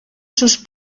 sus